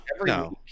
no